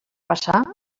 passar